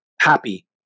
happy